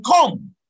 come